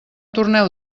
torneu